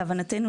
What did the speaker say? להבנתנו,